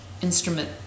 Instrument